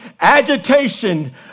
agitation